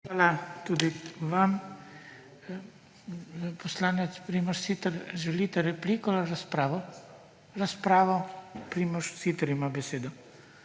Hvala tudi vam. Poslanec Primož Siter, želite repliko ali razpravo? Razpravo. Primož Siter ima besedo.